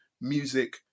music